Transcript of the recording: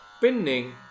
pinning